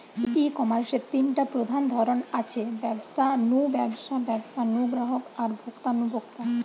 ই কমার্সের তিনটা প্রধান ধরন আছে, ব্যবসা নু ব্যবসা, ব্যবসা নু গ্রাহক আর ভোক্তা নু ভোক্তা